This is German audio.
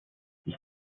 ich